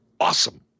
awesome